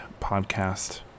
podcast